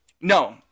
No